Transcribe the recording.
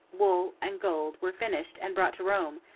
wool, and gold, were finished and brought to rome,